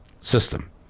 system